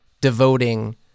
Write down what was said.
devoting